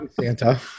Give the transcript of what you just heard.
Santa